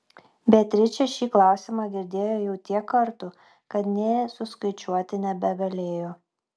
beatričė šį klausimą girdėjo jau tiek kartų kad nė suskaičiuoti nebegalėjo